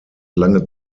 lange